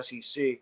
SEC